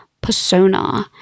Persona